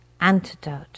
antidote